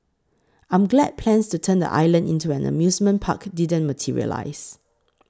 I'm glad plans to turn the island into an amusement park didn't materialise